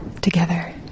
Together